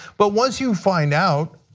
but once you find out,